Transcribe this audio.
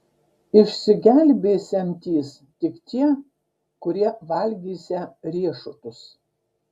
išsigelbėsiantys tik tie kurie valgysią riešutus